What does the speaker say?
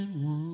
one